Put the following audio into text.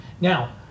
Now